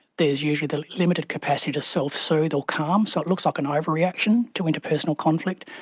there is usually the limited capacity to self-soothe or calm. so it looks like an overreaction to interpersonal conflict.